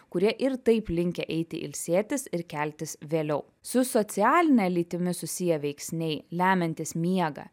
kurie ir taip linkę eiti ilsėtis ir keltis vėliau su socialine lytimi susiję veiksniai lemiantys miegą